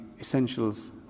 Essentials